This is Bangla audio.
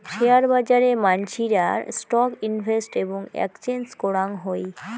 শেয়ার বাজারে মানসিরা স্টক ইনভেস্ট এবং এক্সচেঞ্জ করাং হই